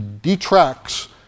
detracts